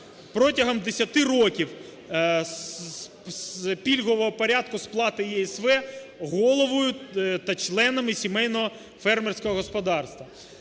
Протягом 10 років з пільгового порядку сплати ЄСВ головою та членами сімейного фермерського господарства.